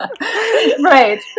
right